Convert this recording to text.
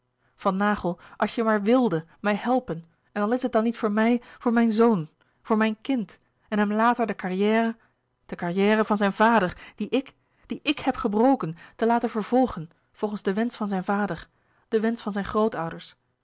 van naghel als je maar w i l d e mij helpen en al is het dan niet voor mij voor mijn zoon voor mijn kind en hem later de carrière de carrière van zijn vader die ik die i k heb gebroken te laten vervolgen volgens den wensch van zijn vader den wensch van zijn grootouders